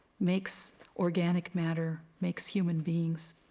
makes organic matter, makes human beings,